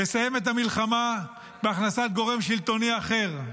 לסיים את המלחמה בהכנסת גורם שלטוני אחר,